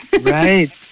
right